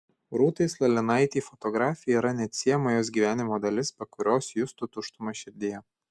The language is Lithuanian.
rūtai slaninaitei fotografija yra neatsiejama jos gyvenimo dalis be kurios justų tuštumą širdyje